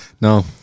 No